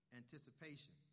anticipation